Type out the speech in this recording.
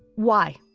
why?